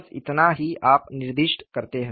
बस इतना ही आप निर्दिष्ट करते हैं